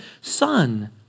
Son